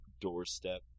doorstep